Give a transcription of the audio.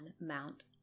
Mount